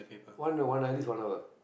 one or at least one hour